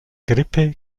grippe